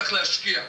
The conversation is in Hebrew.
צריך להשקיע,